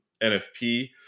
NFP